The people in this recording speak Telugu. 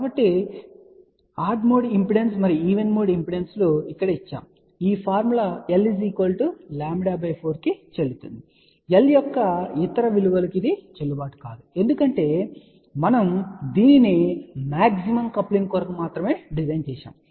కాబట్టి ఆడ్ మోడ్ ఇంపెడెన్స్ మరియు ఈవెన్ మోడ్ ఇంపెడెన్స్లు ఇక్కడ ఇవ్వబడినవి ఇప్పుడు ఈ ఫార్ములా l λ 4 కి చెల్లుతుంది l యొక్క ఇతర విలువలకు చెల్లుబాటు కాదు ఎందుకంటే మనము దీనిని మాక్సిమమ్ కప్లింగ్ కొరకు డిజైన్ చేశాము